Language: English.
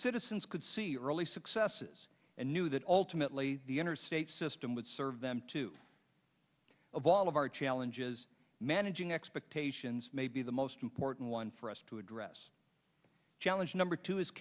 citizens could see early successes and knew that ultimately the interstate system would serve them too of all of our challenges managing expectations maybe the most important one for us to address challenge number two is